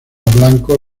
blanco